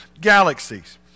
galaxies